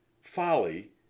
Folly